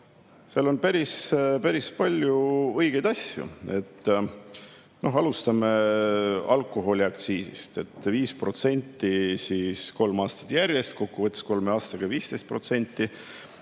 seal on päris palju õigeid asju. Alustame alkoholiaktsiisist, 5% kolm aastat järjest, kokkuvõttes kolme aastaga 15%